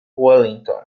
wellington